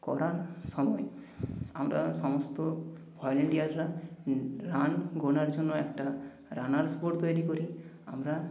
করার সময় আমরা সমস্ত ভলান্টিয়াররা রান গোনার জন্য একটা রানার্স বোর্ড তৈরি করি আমরা